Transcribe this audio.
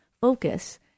focus